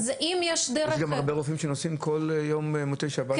יש גם הרבה רופאים שנוסעים כל מוצאי שבת וחוזרים לסוף שבוע.